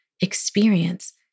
experience